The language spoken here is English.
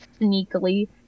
sneakily